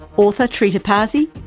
author trita parsi,